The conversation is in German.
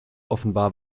offenbar